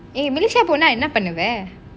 நீ:nee malaysia போன என்ன பண்ணுவ:pona enna pannuva